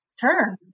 turn